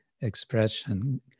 expression